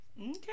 Okay